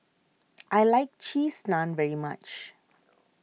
I like Cheese Naan very much